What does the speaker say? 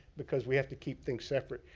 because we have to keep things separate.